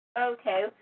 Okay